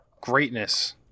greatness